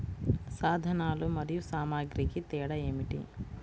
సాధనాలు మరియు సామాగ్రికి తేడా ఏమిటి?